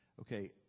okay